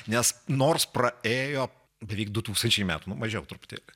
nes nors praėjo beveik du tūkstančiai metų mažiau truputėlį